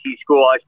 school